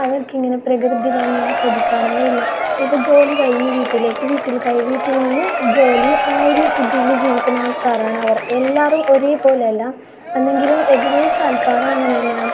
അവർക്കിങ്ങനെ പ്രകൃതി ഭംഗി ആസ്വദിക്കാനോ ഇല്ല ഇപ്പോൾ ജോലി കഴിഞ്ഞ് വീട്ടിലേക്ക് വീട്ടിൽ നിന്ന് ജോലി ആ ഒരു ഇതിൽ ജീവിക്കുന്ന ആൾക്കാരാണ് അവർ എല്ലാവരും ഒരേ പോലെയല്ല എന്നെങ്കിലും ഏകദേശം ആൾക്കാരും അങ്ങനെ തന്നെയാണ്